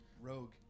rogue